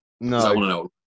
no